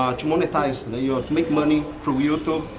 um to monetize, and yeah ah to make money from youtube,